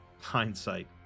Hindsight